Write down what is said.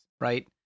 Right